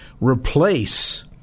replace